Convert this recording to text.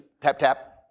tap-tap